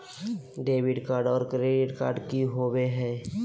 Debit card और credit card की होवे हय?